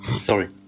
sorry